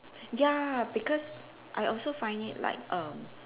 ya because I also find it like erm